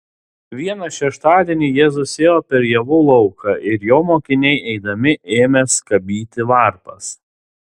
vieną šeštadienį jėzus ėjo per javų lauką ir jo mokiniai eidami ėmė skabyti varpas